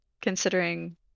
Considering